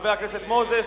חבר הכנסת מוזס,